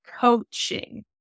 coaching